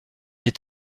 est